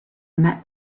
met